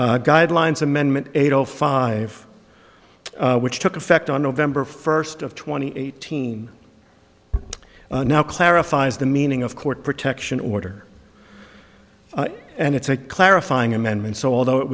guidelines amendment eight o five which took effect on november first of twenty eighteen now clarifies the meaning of court protection order and it's a clarifying amendment so although it